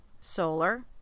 solar